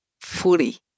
fully